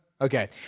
Okay